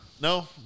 No